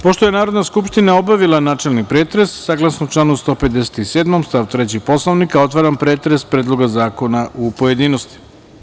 Pošto je Narodna skupština obavila načelni pretres, saglasno članu 157. stav 3. Poslovnika, otvaram pretres Predloga zakona u pojedinostima.